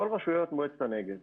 כל רשויות מועצת הנגב,